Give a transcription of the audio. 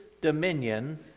dominion